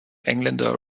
engländer